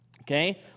Okay